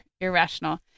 irrational